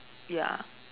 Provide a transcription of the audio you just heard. ya